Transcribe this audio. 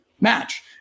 match